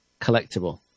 collectible